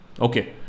Okay